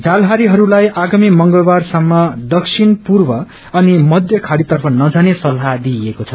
जालढारीहरूलाईआगामीमंगलबारसम्मदक्षिणपूर्वअनि मध्य खाड़ीतर्फनजानेसल्ताहविइएको छ